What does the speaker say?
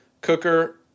cooker